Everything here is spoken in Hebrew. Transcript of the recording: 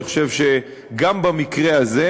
אני חושב שגם במקרה הזה,